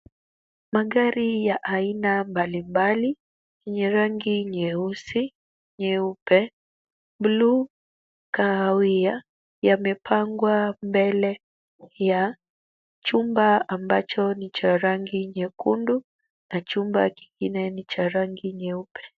Magari ya aina mbalimbali yenye rangi nyeusi, nyeupe, bluu, kahawia yamepangwa mbele ya chumba ambacho ni cha rangi nyekundu na chumba kingine ni cha rangi nyeupe.